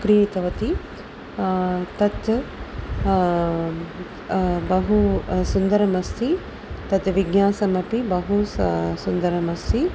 क्रीतवती तत् बहु सुन्दरम् अस्ति तत् विज्ञासमपि बहु स सुन्दरमस्ति